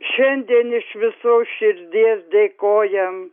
šiandien iš visos širdies dėkojam